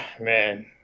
man